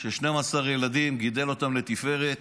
של 12 ילדים, גידל אותם לתפארת.